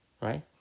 right